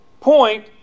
Point